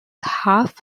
half